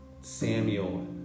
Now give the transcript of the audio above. Samuel